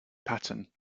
pattern